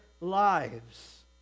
lives